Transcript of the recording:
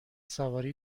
سواری